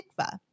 Tikva